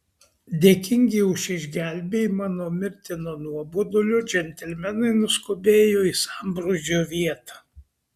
dėkingi už išgelbėjimą nuo mirtino nuobodulio džentelmenai nuskubėjo į sambrūzdžio vietą